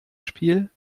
spiel